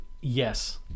Yes